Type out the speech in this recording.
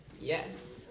Yes